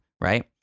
right